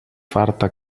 farta